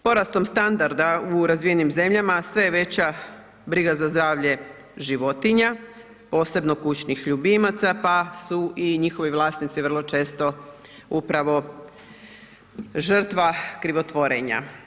Porastom standarda u razvijenim zemljama sve je veća briga za zdravlje životinja, posebno kućnih ljubimaca, pa su i njihovi vlasnici vrlo često upravo žrtva krivotvorenja.